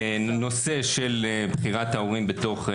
הנושא של המשלבות, האם השכר שלהן הולך לעלות?